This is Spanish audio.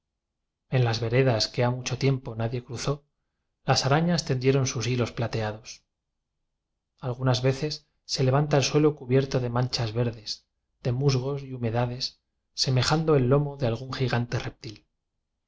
en las veredas que ha mucho tiempo nadie cruzó las aranas ten dieron sus hilos plateados algunas veces se levanta el suelo cubierto de manchas verdes de musgos y humedades semejando el lomo de algún gigante reptil